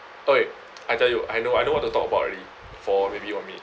!oi! I tell you I know I know what to talk about already for me